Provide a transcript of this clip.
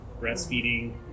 breastfeeding